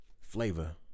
flavor